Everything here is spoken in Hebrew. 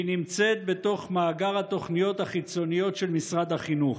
והיא נמצאת בתוך מאגר התוכניות החיצוניות של משרד החינוך.